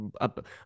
up